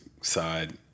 side